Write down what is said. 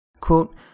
quote